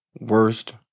worst